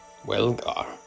Welgar